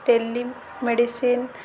tele medicine